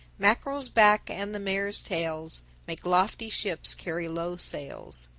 mackerel's back and the mare's tails make lofty ships carry low sails.